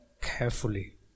carefully